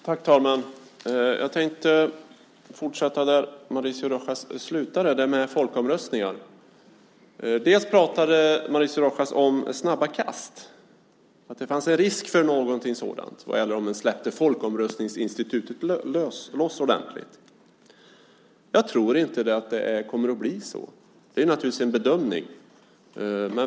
Fru talman! Jag tänkte fortsätta där Mauricio Rojas slutade och tala om folkomröstningar. Mauricio Rojas talade om att det fanns en risk för snabba kast om man släppte folkomröstningsinstitutet loss ordentligt. Jag tror inte att det kommer att bli så. Det är naturligtvis en bedömning.